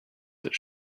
that